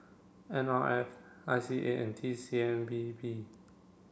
N R F I C A and T C M B P